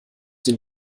den